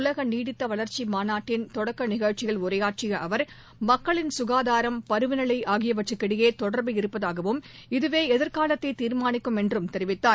உலகநீடித்தவளர்ச்சிமாநாட்டின் தொடக்கநிகழ்ச்சியில் உரையாற்றியஅவர் சுகாதாரம் பருவநிலைஆகியவற்றுக்கிடையேதொடர்பு இருப்பதாகவும் இதவேஎதிர்காலத்தைதீர்மானிக்கும் என்றும் தெரிவித்தார்